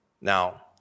Now